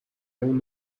اون